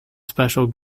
special